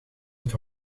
het